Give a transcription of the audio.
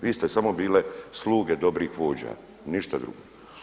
Vi ste samo bile sluge dobrih vođa, ništa drugo.